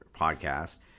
podcast